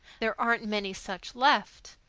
there aren't many such left.